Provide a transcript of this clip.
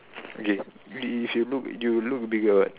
okay if you look you look bigger what